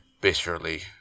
bitterly